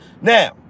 Now